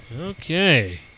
Okay